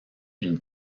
une